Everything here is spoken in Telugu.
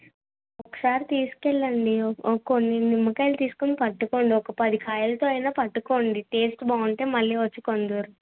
ఒకసారి తీసుకెళ్ళండి ఓ కొన్ని నిమ్మకాయలు తీసుకుని పెట్టుకోండి ఒక పది కాయలతో అయినా పెట్టుకోండి టేస్ట్ బాగుంటే మళ్ళీ వచ్చి కొందురుగాని